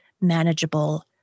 manageable